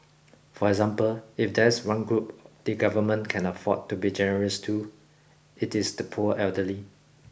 for example if there's one group the government can afford to be generous to it is the poor elderly